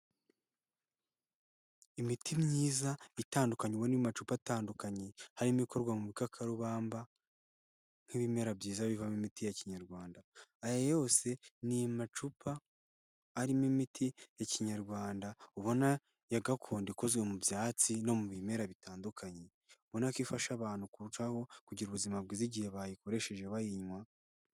Imiti myiza itandukanyekanywe ubona iri mu macupa atandukanye, harimo ikorwa mu bikakarubamba nk'ibimera byiza bivamo imiti ya kinyarwanda, aya yose ni amacupa arimo imiti ya kinyarwanda ubona ya gakondo ikozwe mu byatsi no mu bimera bitandukanyebona, ubona ko ifasha abantu kurushaho kugira ubuzima bwiza igihe bayikoresheje bayinywa.